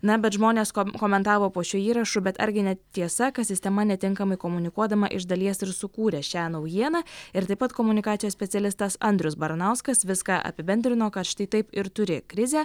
na bet žmonės komentavo po šiuo įrašu bet argi ne tiesa kad sistema netinkamai komunikuodama iš dalies ir sukūrė šią naujieną ir taip pat komunikacijos specialistas andrius baranauskas viską apibendrino kad štai taip ir turi krizė